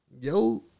yo